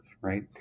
right